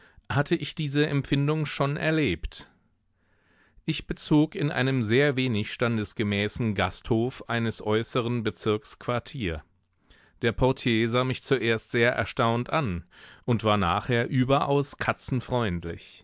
hatte ich diese empfindung schon erlebt ich bezog in einem sehr wenig standesgemäßen gasthof eines äußeren bezirks quartier der portier sah mich zuerst sehr erstaunt an und war nachher überaus katzenfreundlich